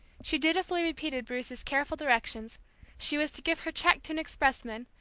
she dutifully repeated bruce's careful directions she was to give her check to an expressman,